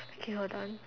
okay hold on